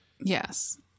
Yes